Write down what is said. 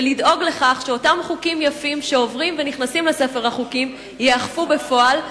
ולדאוג לכך שאותם חוקים יפים שעוברים ונכנסים לספר החוקים ייאכפו בפועל,